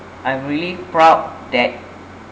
I'm really proud that